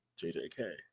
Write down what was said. jjk